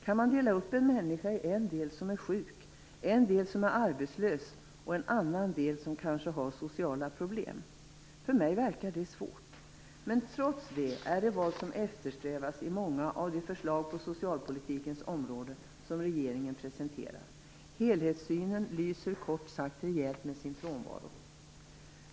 Kan man dela upp en människa i en del som är sjuk, en annan del som är arbetslös och en tredje del som kanske har sociala problem? För mig verkar det svårt, men trots det är det vad som eftersträvas i många av de förslag på socialpolitikens område som regeringen presenterar. Helhetssynen lyser kort sagt rejält med sin frånvaro.